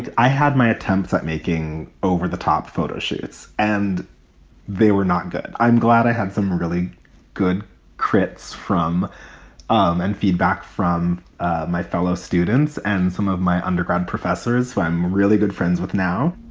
like i had my attempts at making over the top photo shoots and they were not good. i'm glad i had some really good scripts from um and feedback from my fellow students and some of my undergrad professors who i'm really good friends with now.